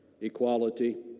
equality